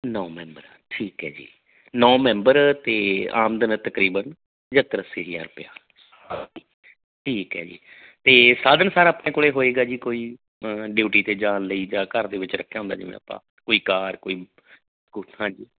ਨੌ ਮੈਬਰ ਠੀਕ ਹੈ ਜੀ ਨੌ ਮੈਂਬਰ ਅਤੇ ਆਮਦਨ ਤਕਰੀਬਨ ਪੰਝੱਤਰ ਅੱਸੀ ਹਜ਼ਾਰ ਰੁਪਇਆ ਠੀਕ ਹੈ ਜੀ ਅਤੇ ਸਾਧਨ ਸਰ ਆਪਣੇ ਕੋਲ ਹੋਏਗਾ ਜੀ ਕੋਈ ਡਿਉਟੀ 'ਤੇ ਜਾਣ ਲਈ ਜਾਂ ਘਰ ਦੇ ਵਿਚ ਰੱਖਿਆ ਹੁੰਦਾ ਜਿਵੇ ਆਪਾਂ ਕੋਈ ਕਾਰ ਕੋਈ ਸਕੂਟਰ ਹਾਂਜੀ